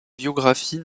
biographies